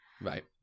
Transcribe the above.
Right